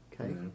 Okay